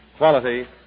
quality